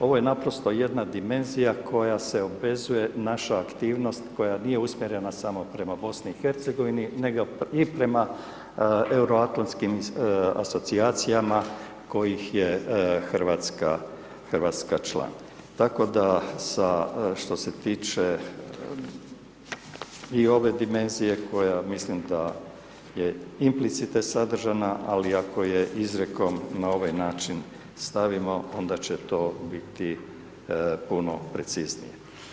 Ovo je naprosto jedna dimenzija koja se obvezuje, naša aktivnost koja nije usmjerena samo prema BiH-u nego i prema euroatlantskim asocijacijama kojih je Hrvatska član tako da sa što se tiče i ove dimenzije koja mislim da je implicite sadržana ali ako je izrijekom na ovaj način stavimo onda će to biti puno preciznije.